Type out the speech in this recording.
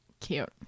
cute